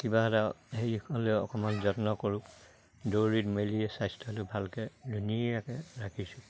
কিবা এটা অকমান যত্ন কৰোঁ দৌৰি মেলি স্বাস্থ্যটো ভালকে ধুনীয়াকে ৰাখিছোঁ